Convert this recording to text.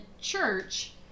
church